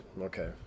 Okay